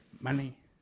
Money